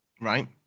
Right